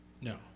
No